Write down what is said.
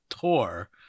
tour